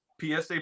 psa